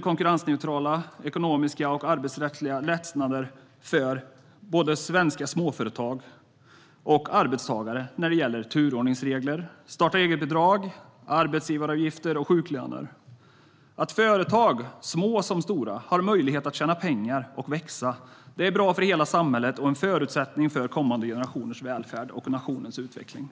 konkurrensneutrala ekonomiska och arbetsrättsliga lättnader för både svenska småföretag och arbetstagare när det gäller turordningsregler, starta-eget-bidrag, arbetsgivaravgifter och sjuklöner. Att små som stora företag har möjlighet att tjäna pengar och växa är bra för hela samhället och en förutsättning för kommande generationers välfärd och nationens utveckling.